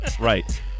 Right